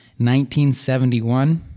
1971